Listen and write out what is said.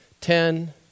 Ten